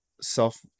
self